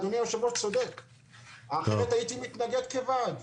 אחרת הייתי מתנגד כוועד.